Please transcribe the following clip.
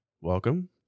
welcome